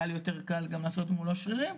אז היה לי יותר קל לעשות מולו שרירים,